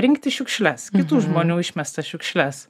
rinkti šiukšles kitų žmonių išmestas šiukšles